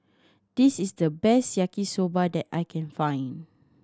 this is the best Yaki Soba that I can find